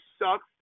sucks